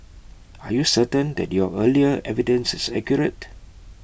are you certain that your earlier evidence is accurate